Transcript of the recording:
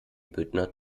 büttner